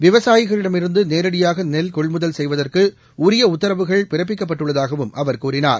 விவசாயிகளிடமிருந்து நேரடியாக நெல்கொள்முதல் உத்தரவுகள் பிறப்பிக்கப்பட்டுள்ளதாகவும் அவர் கூறினார்